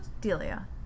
Delia